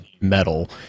metal